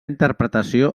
interpretació